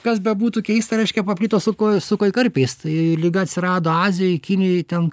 kas bebūtų keista reiškia paplito su su koi karpiais tai liga atsirado azijoj kinijoj ten